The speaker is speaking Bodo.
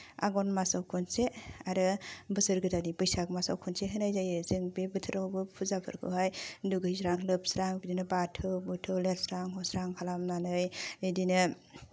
आघोन मासाव खनसे आरो बोसोर गोदाननि बैसाग मासाव खनसे होनाय जायो जों बे बोथोरावबो फुजाफोरखौहाय दुगैस्रां लोबस्रां बिदिनो बाथौआवबो लुस्रां हस्रां खालामनानै बिदिनो